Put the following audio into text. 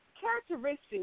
characteristics